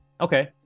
Okay